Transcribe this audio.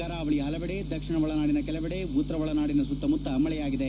ಕರಾವಳಿಯ ಹಲವೆಡೆ ದಕ್ಷಿಣ ಒಳನಾಡಿನ ಕೆಲವೆಡೆ ಉತ್ತರ ಒಳನಾಡಿನ ಸುತ್ತಮುತ್ತ ಮಳೆಯಾಗಿದೆ